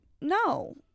no